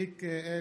תיק 1000,